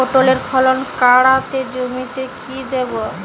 পটলের ফলন কাড়াতে জমিতে কি দেবো?